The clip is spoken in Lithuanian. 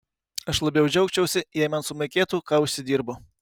aš labiau džiaugčiausi jei man sumokėtų ką užsidirbu